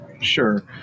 Sure